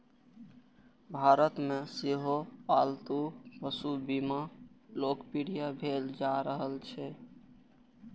भारत मे सेहो पालतू पशु बीमा लोकप्रिय भेल जा रहल छै